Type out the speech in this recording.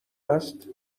است